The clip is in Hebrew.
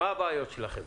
מה הבעיות שלכם?